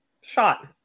shot